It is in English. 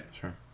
Sure